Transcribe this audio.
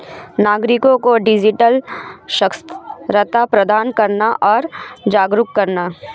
नागरिको को डिजिटल साक्षरता प्रदान करना और जागरूक करना